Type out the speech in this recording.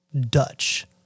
Dutch